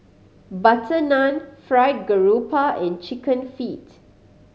butter naan Fried Garoupa and Chicken Feet